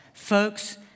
Folks